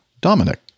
Dominic